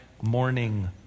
morning